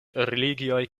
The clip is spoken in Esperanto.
religioj